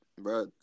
bro